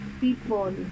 people